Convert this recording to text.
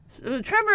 Trevor